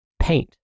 Paint